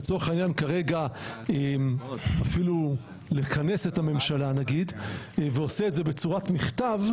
לצורך העניין כרגע אפילו לכנס את הממשלה נגיד ועושה את זה בצורת מכתב,